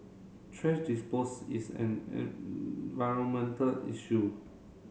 thrash dispose is an environmental issue